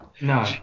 no